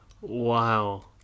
Wow